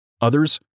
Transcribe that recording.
Others